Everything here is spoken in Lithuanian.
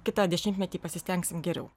kitą dešimtmetį pasistengsim geriau